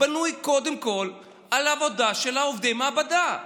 בנוי קודם כול על עבודה של עובדי מעבדה.